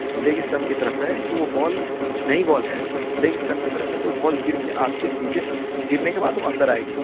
league stump کی طرف ہے تو وہ بال نئی بال ہے لیگ اسٹمپ کی طرف ہے تو بال گر کے آپ کے سیدھے گرنے کے بعد وہ اندر آئے گی